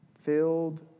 filled